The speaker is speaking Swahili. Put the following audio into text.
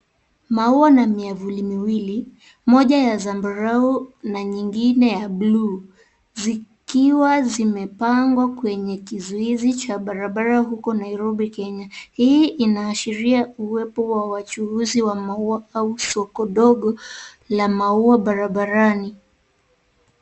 Maua na miavuli miwili moja ya zambarau na nyingine ya bluu zikiwa zimepangwa kwenye kizuizi cha barabara huko Nairobi Kenya. Hii inaashiria uwepo wa wachuuzi wa au soko dogo la maua barabarani.